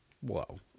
Whoa